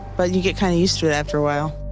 but you get kind of used to it after a while.